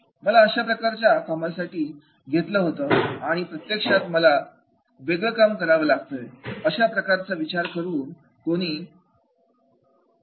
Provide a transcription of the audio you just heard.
'मला अशा प्रकारच्या कामासाठी घेतलं होतं आणि प्रत्यक्षात मात्र मला वेगळे काम करावं लागतंय' अशा प्रकारचा विचार करून कोणी निराश होऊ नये